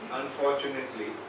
unfortunately